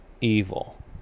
evil